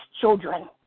children